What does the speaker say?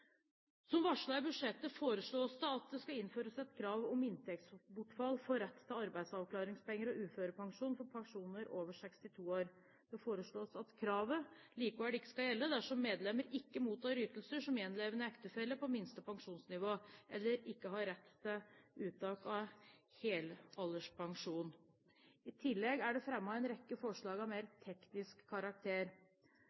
Som varslet i budsjettet, foreslås det at det innføres et krav om inntektsbortfall for rett til arbeidsavklaringspenger og uførepensjon for personer over 62 år. Det foreslås at kravet likevel ikke skal gjelde dersom medlemmet ikke mottar ytelser som gjenlevende ektefelle på minste pensjonsnivå, eller ikke har rett til uttak av hel alderspensjon. I tillegg er det fremmet enkelte forslag av mer